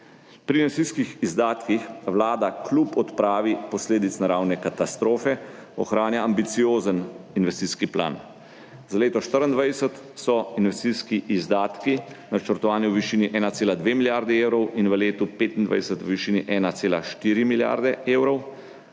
Pri investicijskih izdatkih Vlada kljub odpravi posledic naravne katastrofe ohranja ambiciozen investicijski plan. Za leto 2024 so investicijski izdatki načrtovani v višini 1,2 milijardi evrov in v letu 2025 v višini 1,4 milijarde evrov.